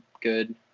good